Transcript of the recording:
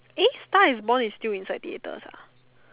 eh star is born is still inside theatres ah